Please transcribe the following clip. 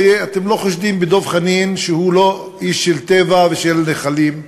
ואתם לא חושדים בדב חנין שהוא לא איש של טבע ושל נחלים,